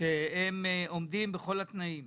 שעומדים בכל התנאים,